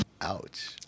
Ouch